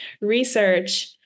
research